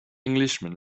englishman